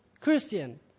Christian